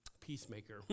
peacemaker